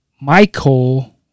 Michael